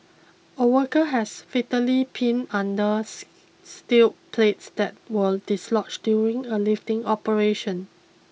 a worker has fatally pinned under steel plates that were dislodged during a lifting operation